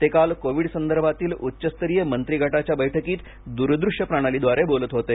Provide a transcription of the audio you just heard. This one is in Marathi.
ते काल कोविड संदर्भातील उच्चस्तरीय मंत्रीगटाच्या बैठकीत द्रदृश्य प्रणालीद्वारे बोलत होते